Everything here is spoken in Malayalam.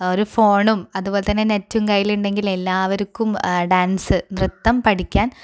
ഒരു ഫോണും അത്പോലെ തന്നെ നെറ്റും കയിലുണ്ടെങ്കിൽ എല്ലാവർക്കും ഡാൻസ് നൃത്തം പഠിക്കാൻ